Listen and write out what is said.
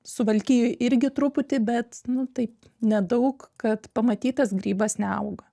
suvalkijoj irgi truputį bet nu taip nedaug kad pamatytas grybas neauga